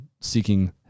seeking